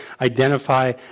identify